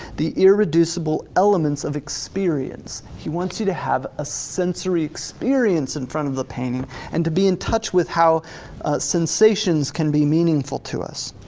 the irreducible elements of experience. he wants you to have a sensory experience in front of the painting and to be in touch with how sensations can be meaningful to us.